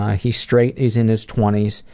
ah he's straight, he's in his twenty s.